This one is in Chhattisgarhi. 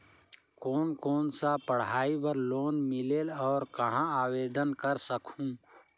कोन कोन सा पढ़ाई बर लोन मिलेल और कहाँ आवेदन कर सकहुं?